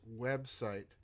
website